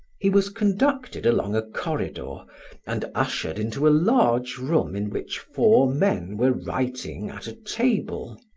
he was conducted along a corridor and ushered into a large room in which four men were writing at a table.